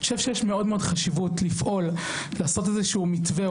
יש חשיבות גדולה לעשות איזשהו מתווה,